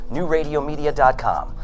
NewRadioMedia.com